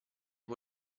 può